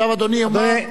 עכשיו אדוני יאמר,